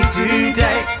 today